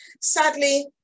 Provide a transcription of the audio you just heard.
Sadly